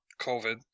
covid